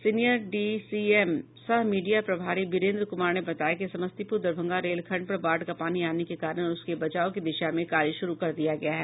senior DCM सह media प्रभारी बीरेन्द्र कुमार ने बताया कि समस्तीपुर दरभंगा रेलखंड पर बाढ़ का पानी आने के कारण उसके बचाव की दिशा में कार्य शुरू कर दिया गया है